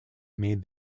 made